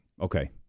Okay